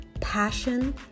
passion